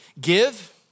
Give